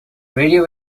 radio